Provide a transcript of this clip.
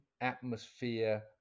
atmosphere